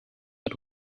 but